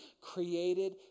created